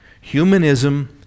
Humanism